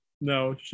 No